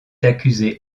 accusé